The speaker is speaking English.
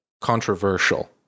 controversial